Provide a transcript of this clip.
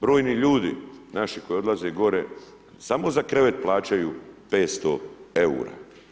Brojni ljudi, naši koji odlaze gore, samo za krevet plaćaju 500 eura.